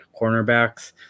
cornerbacks